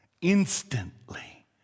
Instantly